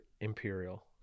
Imperial